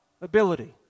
ability